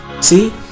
See